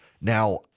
Now